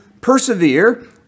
persevere